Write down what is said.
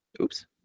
oops